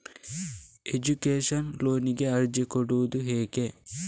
Education ಲೋನಿಗೆ ಅರ್ಜಿ ಕೊಡೂದು ಹೇಗೆ?